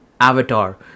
avatar